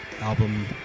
album